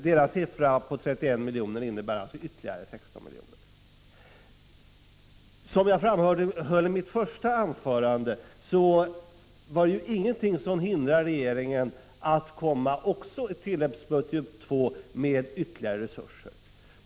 Det belopp på 31 miljoner som SÖ angivit innebär att det behövs ytterligare 16 miljoner. Som jag framhöll i mitt första anförande är det ingenting som hindrar att regeringen anvisar ytterligare resurser även i tilläggsbudget II.